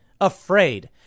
afraid